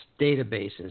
databases